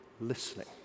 listening